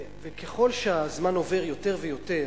וככל שהזמן עובר יותר ויותר,